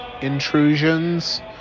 intrusions